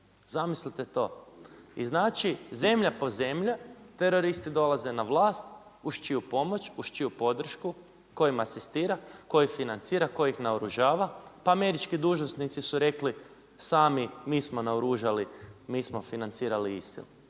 zamislite to. I znači zemlja po zemlja, teroristi dolaze na vlast, uz čiju pomoć, uz čiju podršku, tko im asistira, tko ih financira, tko ih naoružava? Pa američki dužnosnici su rekli sami mi smo naoružali, mi smo financirali ISIL.